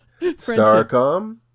Starcom